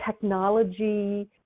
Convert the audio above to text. technology